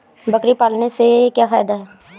बकरी पालने से क्या फायदा है?